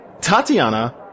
Tatiana